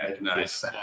nice